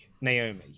naomi